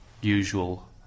usual